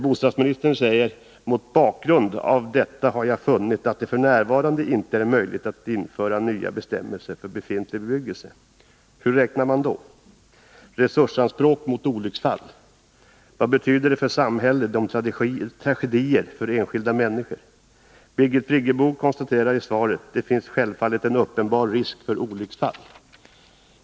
Bostadsministern säger: ”Mot bakgrund av detta har jag funnit att detf. n. inte är möjligt att införa nya bestämmelser för befintlig bebyggelse.” Hur beräknar man då resursanspråk mot olycksfall? Vad betyder enskilda människors tragedier för samhället? Birgit Friggebo konstaterar i svaret: ”Det finns självfallet en uppenbar risk för olycksfall”.